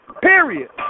Period